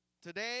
Today